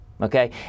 okay